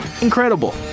incredible